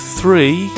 three